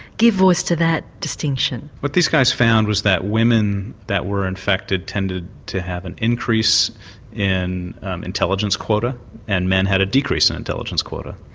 give voice to that distinction. what these guys found was that women that were infected tended to have an increase in intelligence quota and men had a decrease in intelligence quota.